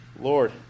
Lord